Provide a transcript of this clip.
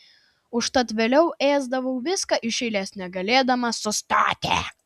užtat vėliau ėsdavau viską iš eilės negalėdama sustoti